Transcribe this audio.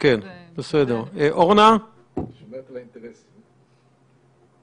אפשר לכתוב: תוך שבעה ימים מיום פרסום חוק זה.